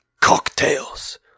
cocktails